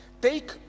Take